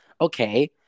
Okay